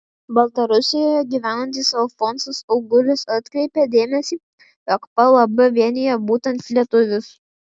baltarusijoje gyvenantis alfonsas augulis atkreipė dėmesį jog plb vienija būtent lietuvius